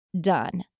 done